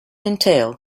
entail